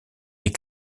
est